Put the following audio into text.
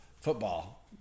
football